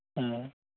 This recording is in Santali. ᱦᱮᱸ